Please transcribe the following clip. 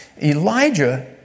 Elijah